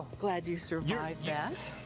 glad you survived yeah